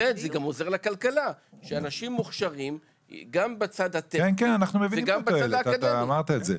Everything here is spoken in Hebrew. זה גם עוזר לכלכלה שאנשים מוכשרים גם בצד הטכני וגם בצד האקדמי.